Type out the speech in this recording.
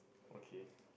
okay